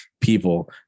people